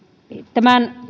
tämän